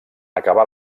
acabar